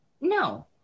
No